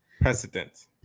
Precedent